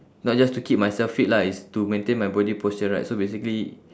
not just to keep myself fit lah it's to maintain my body posture right so basically